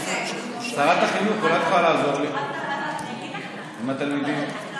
שרת החינוך, אולי את יכולה לעזור לי עם התלמידים?